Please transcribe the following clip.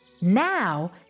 Now